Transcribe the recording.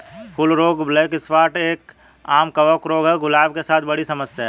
फूल रोग black spot एक, आम कवक रोग है, गुलाब के साथ बड़ी समस्या है